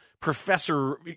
Professor